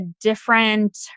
different